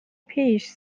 پیش